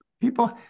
People